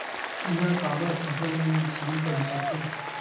किड़ा काबर फसल ल नुकसान पहुचाथे?